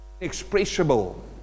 inexpressible